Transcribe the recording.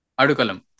Adukalam